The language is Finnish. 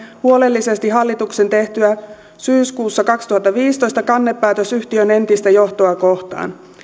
huolellisesti uudelleen hallituksen tehtyä syyskuussa kaksituhattaviisitoista kannepäätöksen yhtiön entistä johtoa kohtaan